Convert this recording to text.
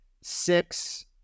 six